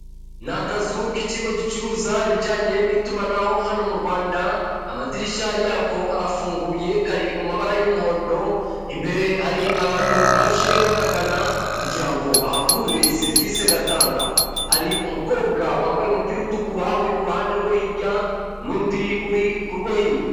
Ni akazu k'ikigo gicuruza ibijyanye n'itumanaho hano mu Rwanda amadirisha yako arafunguye kari mu mabara y'umuhondo imbere hari abantu baje bakagana kugira ngo bahakure serivisi gatanga ,hari umukobwa wambaye umupira utukura uri ku ruhande rwo hirya n'undi uri kurwo hino .